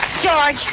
George